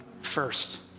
first